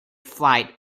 flight